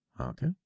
Okay